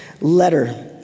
letter